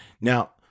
now